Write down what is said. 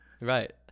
Right